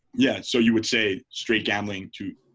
yeah so you would say straight gambling too.